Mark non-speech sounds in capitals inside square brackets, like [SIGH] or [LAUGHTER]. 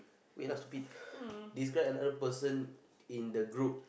wait lah stupid [BREATH] describe another person in the group